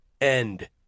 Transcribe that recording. end